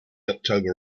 october